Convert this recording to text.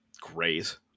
great